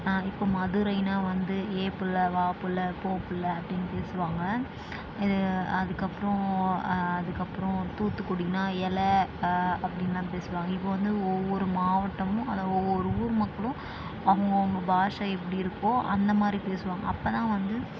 இப்போ மதுரைன்னால் வந்து ஏய் புள்ளை வா புள்ளை போ புள்ளை அப்படின்னு பேசுவாங்க இது அதுக்கப்புறம் அதுக்கப்புறம் தூத்துக்குடின்னால் ஏல அப்படின்னு தான் பேசுவாங்க இப்போது வந்து ஒவ்வொரு மாவட்டமும் அதுதான் ஒவ்வொரு ஊர் மக்களும் அவுங்கவங்க பாஷை எப்படி இருக்கோ அந்த மாதிரி பேசுவாங்க அப்போ தான் வந்து